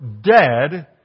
dead